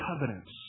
covenants